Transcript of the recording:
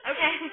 Okay